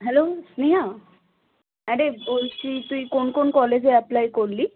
hello Sneha হ্যাঁ রে বলছি তুই কোন কোন কলেজে অ্যাপ্লাই করলি